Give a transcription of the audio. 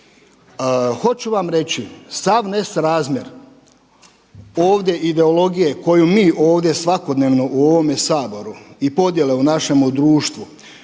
Hoću vam reći, sav nesrazmjer ovdje ideologije koju mi ovdje svakodnevno u ovome Saboru i podjele u našemu društvu